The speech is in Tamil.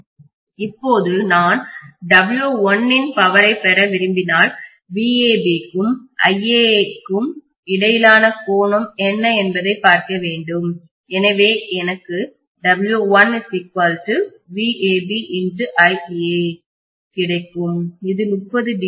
இப்போது நான் W1 இன் பவரை பெற விரும்பினால் vAB க்கும் iA க்கும் இடையிலான கோணம் என்ன என்பதைப் பார்க்க வேண்டும் எனவே எனக்கு கிடைக்கும் இது 30ο ஆகும்